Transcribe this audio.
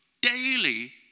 daily